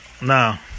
Now